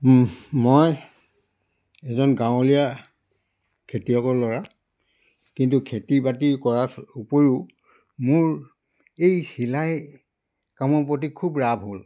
মই এজন গাঁৱলীয়া খেতিয়কৰ ল'ৰা কিন্তু খেতি বাতি কৰাৰ উপৰিও মোৰ এই চিলাই কামৰ প্ৰতি খুব ৰাপ হ'ল